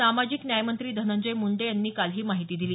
सामाजिक न्यायमंत्री धनंजय मुंडे यांनी काल ही माहिती दिली